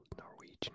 Norwegian